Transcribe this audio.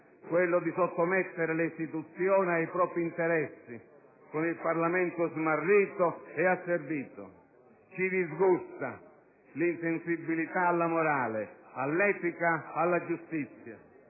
quello di sottomettere le istituzioni ai propri interessi, con il Parlamento smarrito ed asservito. Ci disgusta l'insensibilità alla morale, all'etica, alla giustizia.